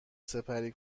سپری